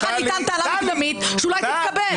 ככה נטען טענה מקדמית שאולי תתקבל.